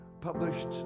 published